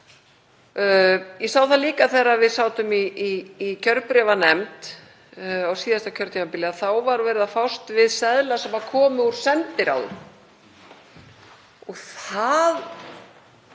Ég sá það líka þegar við sátum í kjörbréfanefnd á síðasta kjörtímabili að þá var verið að fást við seðla sem komu úr sendiráðum.